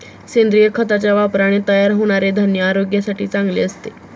सेंद्रिय खताच्या वापराने तयार होणारे धान्य आरोग्यासाठी चांगले असते